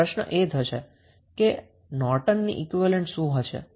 તો પ્રશ્ન એ થશે કે નોર્ટનનુ ઈક્વીવેલેન્ટ શું હશે